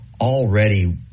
already